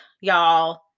y'all